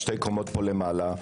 שתי קומות פה למעלה,